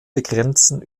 begrenzen